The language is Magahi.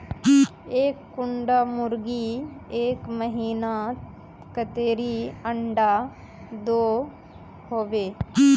एक कुंडा मुर्गी एक महीनात कतेरी अंडा दो होबे?